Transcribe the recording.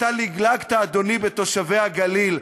אתה לגלגת, אדוני, על תושבי הגליל.